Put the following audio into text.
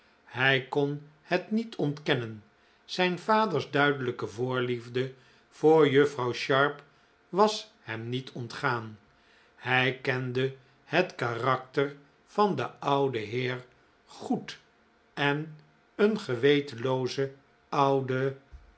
hij kon net niet ontkennen zijn vaders duidelijke voorliefde voor juffrouw sharp was hem niet ontgaan hij kende het karakter van den ouden heer goed en een gewetenloozer oude